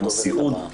כמו סיעוד,